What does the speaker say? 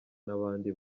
n’abandi